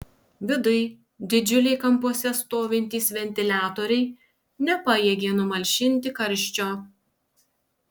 viduj didžiuliai kampuose stovintys ventiliatoriai nepajėgė numalšinti karščio